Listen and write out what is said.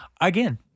Again